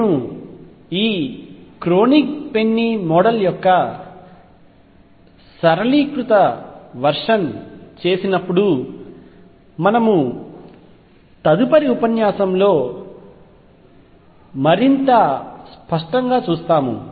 నేను ఈ Kronig Penney model యొక్క సరళీకృత వర్షన్ చేసినప్పుడు మనము తదుపరి ఉపన్యాసంలో మరింత స్పష్టంగా చూస్తాము